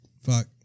Fuck